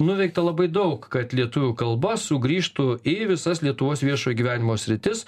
nuveikta labai daug kad lietuvių kalba sugrįžtų į visas lietuvos viešojo gyvenimo sritis